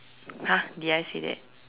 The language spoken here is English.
!huh! did I say that